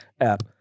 app